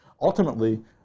Ultimately